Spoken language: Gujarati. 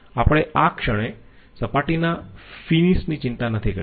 આપણે આ ક્ષણે સપાટીના ફિનિશની ચિંતા નથી કરતા